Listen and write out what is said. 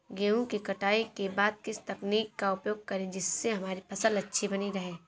गेहूँ की कटाई के बाद किस तकनीक का उपयोग करें जिससे हमारी फसल अच्छी बनी रहे?